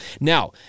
Now